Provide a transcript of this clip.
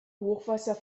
hochwasser